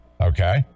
okay